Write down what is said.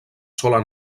sola